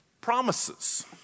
promises